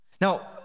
Now